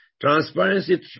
Transparency